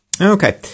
Okay